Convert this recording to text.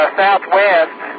southwest